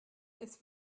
ist